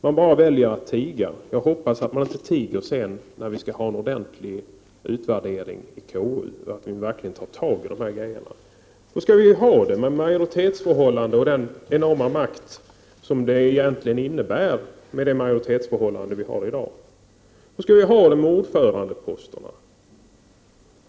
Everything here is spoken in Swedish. Man väljer att tiga. Jag hoppas att man inte tiger senare när vi skall ha en ordentlig utvärdering i konstitutionsutskottet, utan att vi där verkligen ser till att göra något åt dessa frågor. Hur skall vi ha det med det majoritetsförhållande vi har i dag och den enorma makt som detta majoritetsförhållande faktiskt innebär? Hur skall vi ha det med ordförandeposterna?